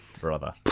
brother